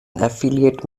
affiliate